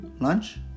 lunch